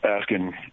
asking